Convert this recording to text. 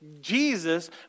Jesus